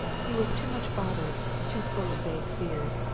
he was too much bothered, too full of vague fears,